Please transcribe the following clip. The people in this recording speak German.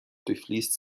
durchfließt